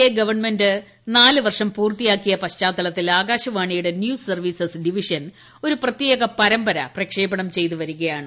A government നാല് വർഷം പൂർത്തിയാക്കിയ പശ്ചാത്തലത്തിൽ ആകാശവാണിയുടെ ന്യൂസ് സർവ്വീസസ് ഡിവിഷൻ ഒരു പ്രത്യേക പരമ്പര പ്രക്ഷേപണം ചെയ്തുവരികയാണ്